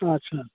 ᱟᱪᱪᱷᱟ